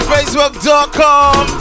Facebook.com